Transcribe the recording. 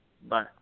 Bye